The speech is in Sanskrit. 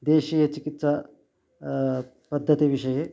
देशीयचिकित्सा पद्धतिविषये